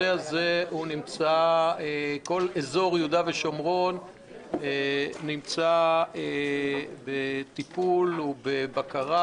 כל אזור יהודה ושומרון נמצא בטיפול ובבקרה